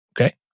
okay